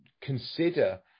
consider